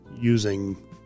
using